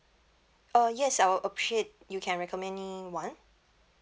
uh yes I will appreciate you can recommend me one